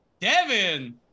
Devin